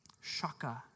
shaka